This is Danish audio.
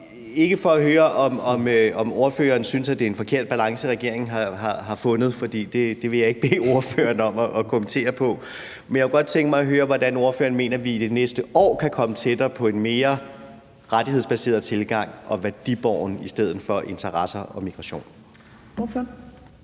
ikke for at høre, om ordføreren synes, det er en forkert balance, regeringen har fundet, for det vil jeg ikke bede ordføreren om at kommentere på, men jeg kunne godt tænke mig at høre, hvordan ordføreren mener vi i det næste år kan komme tættere på en mere rettighedsbaseret tilgang og en mere værdibåren tilgang